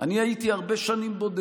לאורך כל השנים.